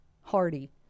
hardy